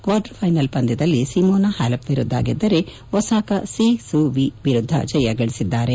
quarter finals ಪಂದ್ಭದಲ್ಲಿ Simona Halep ವಿರುದ್ದ ಗೆದ್ದರೆ ಒಸಾಕಾ ಸೀಹ್ ಸು ವೀ ವಿರುದ್ದ ಜಯ ಗಳಿಸಿದ್ದಾರೆ